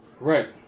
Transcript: Right